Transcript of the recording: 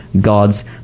God's